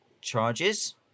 charges